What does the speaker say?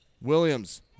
Williams